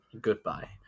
goodbye